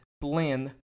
blend